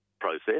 process